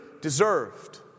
deserved